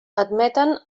admeten